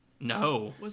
No